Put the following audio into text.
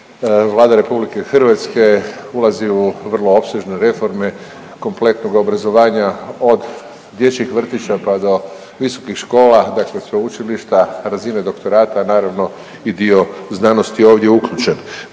Vlada RH ulazi u vrlo opsežne reforme kompletnog obrazovanja od dječjih vrtića, pa do visokih škola, dakle sveučilišta, razine doktorata, naravno i dio znanosti je ovdje uključen.